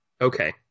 Okay